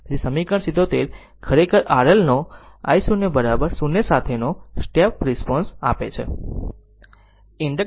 તેથી સમીકરણ 77 ખરેખર RL સર્કિટ નો i0 0 સાથેનો સ્ટેપ રિસ્પોન્સ આપે છે